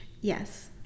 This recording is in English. Yes